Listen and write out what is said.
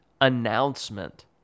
announcement